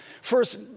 First